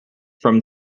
from